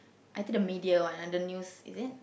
I think the media one under news is it